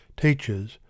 teachers